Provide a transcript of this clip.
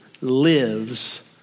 lives